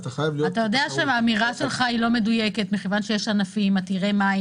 אתה יודע שהאמירה שלך היא לא מדויקת מכיוון שיש ענפים עתירי מים,